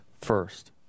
first